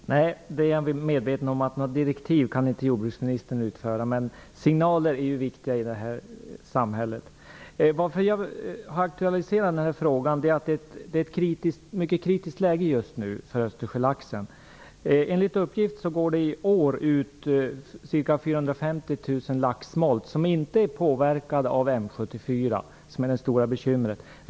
Fru talman! Jag är väl medveten om att jordbruksministern inte kan utfärda några direktiv. Men signaler är viktiga i detta samhälle. Orsaken till att jag har aktualiserat den här frågan är att det just nu är ett mycket kritiskt läge för laxsmolt som inte är påverkade av M74, som är det stora bekymret.